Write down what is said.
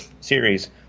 series